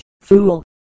fool